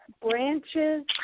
branches